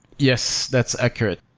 yes, that's accurate.